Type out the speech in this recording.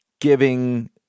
giving